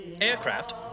Aircraft